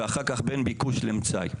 ואחר כך בין ביקוש למצאי.